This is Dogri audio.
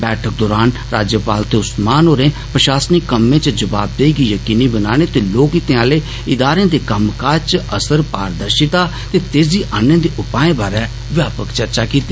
बैठक दौरान राज्यपाल ते उस्मान होरें प्रशासनिक कम्में च जवाबदेही गी यकीनी बनाने ते लोक हितें आह्ले इदारें दे कम्मकाज च असर पारदर्शिता ते तेज़ी आनने दे उपाएं बारै चर्चा कीती